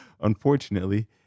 Unfortunately